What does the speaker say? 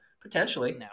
Potentially